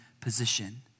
position